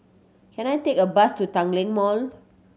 can I take a bus to Tanglin Mall